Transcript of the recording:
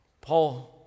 Paul